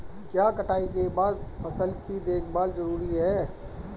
क्या कटाई के बाद फसल की देखभाल जरूरी है?